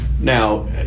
Now